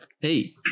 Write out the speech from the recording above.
Hey